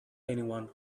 anyone